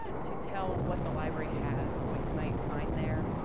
to tell what the library has, what you might find there,